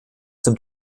zum